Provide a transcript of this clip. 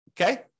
okay